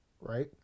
right